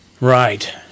Right